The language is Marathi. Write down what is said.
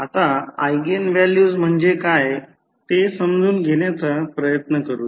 आता ऎगेन व्हॅल्यूज म्हणजे काय ते समजून घेण्याचा प्रयत्न करूया